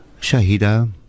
Shahida